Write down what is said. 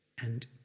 and